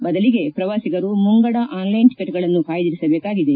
ಬದಲಿಗೆ ಪ್ರವಾಸಿಗರು ಮುಂಗಡ ಆನ್ಲೈನ್ ಟಕೆಟ್ಗಳನ್ನು ಕಾಯ್ದಿರಿಸಬೇಕಾಗಿದೆ